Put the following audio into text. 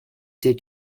did